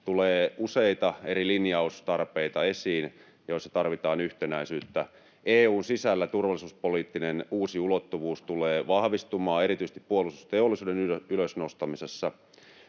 esiin useita eri linjaustarpeita, joissa tarvitaan yhtenäisyyttä. EU:n sisällä turvallisuuspoliittinen uusi ulottuvuus tulee vahvistumaan erityisesti puolustusteollisuuden ylös nostamisessa.